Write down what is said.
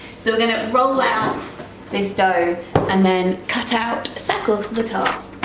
so we're gonna roll out this dough and then cut out circles from the top,